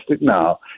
now